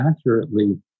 accurately